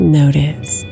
notice